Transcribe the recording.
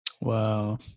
Wow